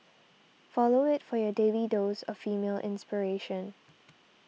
follow it for your daily dose of female inspiration